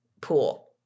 pool